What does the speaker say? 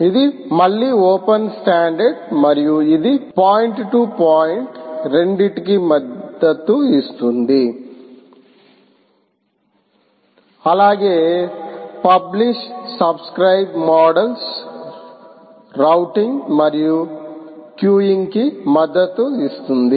ఇది మళ్ళీ open standard మరియు ఇది పాయింట్ టు పాయింట్ రెండింటికి మద్దతు ఇస్తుంది అలాగే పబ్లిష్ సబ్స్క్రయిబ్ మోడల్స్ రౌటింగ్ మరియు క్యూయింగ్ను కి మద్దతు ఇస్తుంది